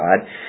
God